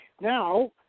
Now